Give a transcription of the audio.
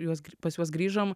juos pas juos grįžom